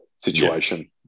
Situation